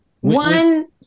One